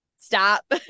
stop